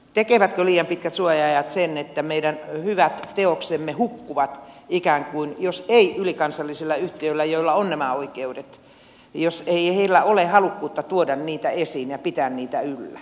tekevätkö liian pitkät suoja ajat sen että meidän hyvät teoksemme ikään kuin hukkuvat jos ei ylikansallisilla yhtiöillä joilla on nämä oikeudet ole halukkuutta tuoda niitä esiin ja pitää niitä yllä